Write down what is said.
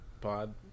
pod